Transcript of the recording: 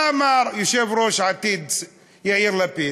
מה אמר יושב-ראש יש עתיד, יאיר לפיד?